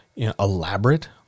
elaborate